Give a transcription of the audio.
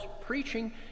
preaching